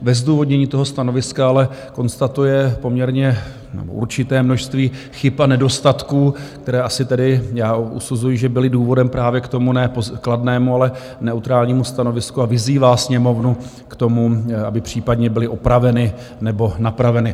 Ve zdůvodnění toho stanoviska ale konstatuje poměrně určité množství chyb a nedostatků, které asi tedy, usuzuji, že byly důvodem právě k tomu ne kladnému, ale neutrálnímu stanovisku, a vyzývá Sněmovnu k tomu, aby případně byly opraveny nebo napraveny.